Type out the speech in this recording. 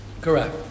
Correct